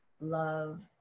love